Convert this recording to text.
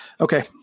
okay